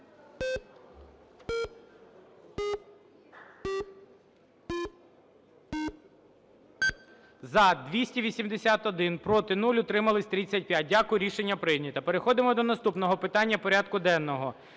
За-281 Проти – 0, утримались – 35. Дякую, рішення прийнято. Переходимо до наступного питання порядку денного.